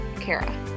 Kara